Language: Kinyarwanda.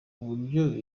buryo